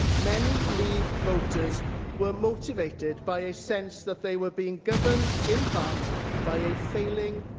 many leave voters were motivated by a sense that they were being governed in part by a failing,